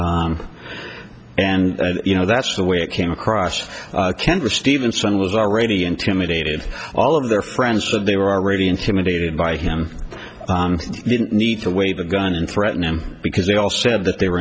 him and you know that's the way it came across kendra stevenson was already intimidated all of their friends and they were already intimidated by him didn't need to wave a gun and threaten him because they all said that they were